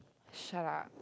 shut up